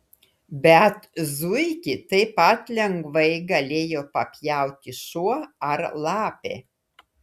bet zuikį taip pat lengvai galėjo papjauti šuo ar lapė